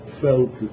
felt